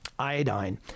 iodine